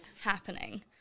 happening